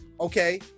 Okay